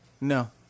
No